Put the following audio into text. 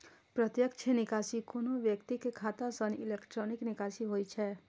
प्रत्यक्ष निकासी कोनो व्यक्तिक खाता सं इलेक्ट्रॉनिक निकासी होइ छै